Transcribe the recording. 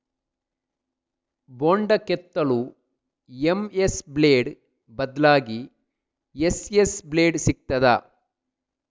ಬೊಂಡ ಕೆತ್ತಲು MS blade ಬದ್ಲಾಗಿ ಎಸ್.ಎಸ್ ಬ್ಲೇಡ್ ಸಿಕ್ತಾದ?